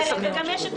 זה אומר 420 אוטובוסים,